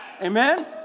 Amen